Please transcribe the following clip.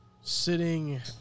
Sitting